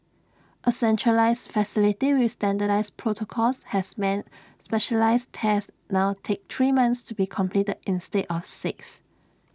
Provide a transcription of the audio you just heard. A centralised facility with standardised protocols has meant specialised tests now take three months to be completed instead of six